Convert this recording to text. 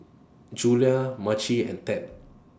Julia Maci and Ted